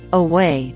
away